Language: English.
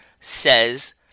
says